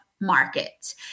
market